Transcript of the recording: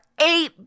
eight